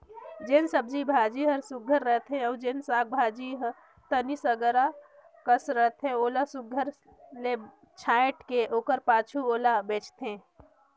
जेन सब्जी भाजी हर सुग्घर रहथे अउ जेन साग भाजी हर तनि सरहा कस रहथे ओला सुघर ले छांएट के ओकर पाछू ओला बेंचथें